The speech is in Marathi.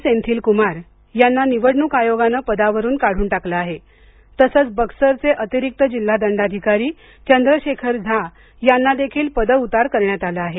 सेन्थिल कुमार यांना निवडणूक आयोगानं पदावरून काढून टाकलं आहे तसंच बक्सरचे अतिरिक्त जिल्हा दंडाधिकारी चंद्रशेखर झा यांना देखील पदउतार करण्यात आलं आहे